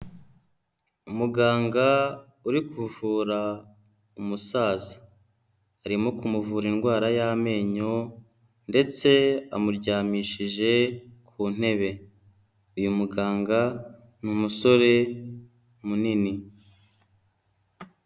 Umuganga uri kuvura umusaza. Arimo kumuvura indwara y'amenyo ndetse amuryamishije ku ntebe. Uyu muganga ni umusore munini.